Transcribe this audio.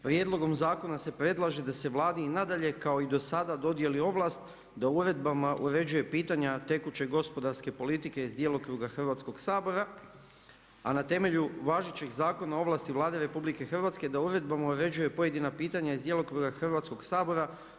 Prijedlogom zakona se predlaže da se Vladi i nadalje kao i do sada dodijeli ovlast da uredbama uređuje pitanja tekuće gospodarske politike iz djelokruga Hrvatskog sabora a na temelju važećeg Zakona o ovlasti Vlade RH da uredbama uređuje pojedina pitanja iz djelokruga Hrvatskog sabora.